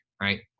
right